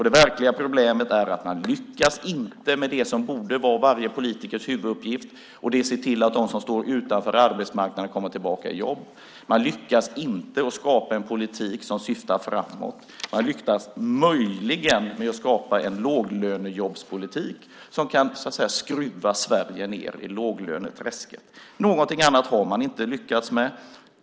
Det verkliga problemet är att man inte lyckas med det som borde vara varje politikers huvuduppgift: att se till att de som står utanför arbetsmarknaden kommer tillbaka i jobb. Man lyckas inte skapa en politik som syftar framåt. Möjligen lyckas man skapa en låglönejobbspolitik som så att säga kan skruva Sverige ned i låglöneträsket. Någonting annat har man inte lyckats med.